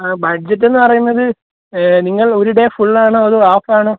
budget എന്ന് പറയുന്നത് ഏ നിങ്ങൾ ഒരു ഡേ ഫുൾ ആണോ അതോ ഹാഫ് ആണോ